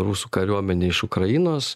rusų kariuomenė iš ukrainos